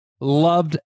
loved